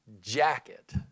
jacket